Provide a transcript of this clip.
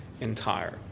entire